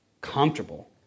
comfortable